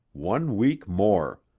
one week more!